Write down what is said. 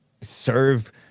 serve